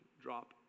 drop